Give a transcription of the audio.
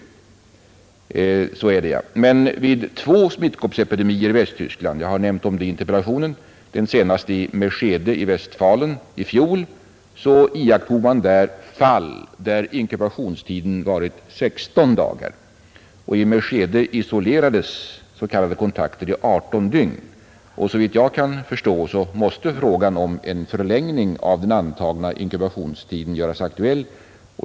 Men vid två smittkoppsepidemier i Västtyskland — jag har nämnt dem i interpellationen — den senaste i Meschede i Westfalen förra året, iakttog man fall där inkubationstiden var 16 dagar. I Meschede isolerades s.k. kontakter i 18 dygn. Såvitt jag förstår måste frågan om en förlängning av den antagna inkubationstiden göras aktuell.